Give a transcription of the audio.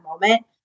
moment